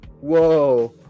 Whoa